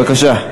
בבקשה.